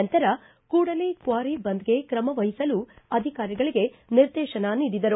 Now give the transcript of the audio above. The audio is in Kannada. ನಂತರ ಕೂಡಲೇ ಕ್ವಾರಿ ಬಂದ್ಗೆ ಕ್ರಮವಹಿಸಲು ಅಧಿಕಾರಿಗಳಿಗೆ ನಿರ್ದೇತನ ನೀಡಿದರು